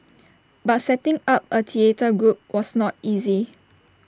but setting up A theatre group was not easy